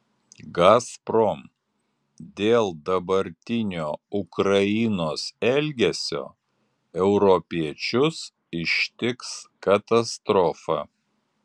gazprom dėl dabartinio ukrainos elgesio europiečius ištiks katastrofa